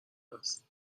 هست